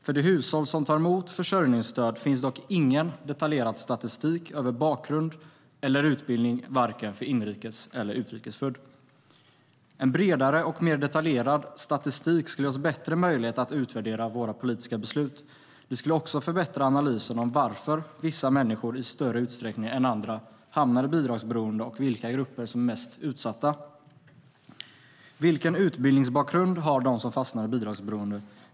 För de hushåll som tar emot försörjningsstöd finns dock ingen detaljerad statistik över bakgrund eller utbildning, varken för inrikes eller utrikesfödda. En bredare och mer detaljerad statistik skulle ge oss bättre möjlighet att utvärdera våra politiska beslut. Det skulle också förbättra analysen av varför vissa människor i större utsträckning än andra hamnar i bidragsberoende och vilka grupper som är mest utsatta. Vilken utbildningsbakgrund har de som fastnar i bidragsberoende?